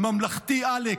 ממלכתי עלק.